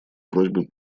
просьбой